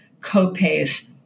co-pays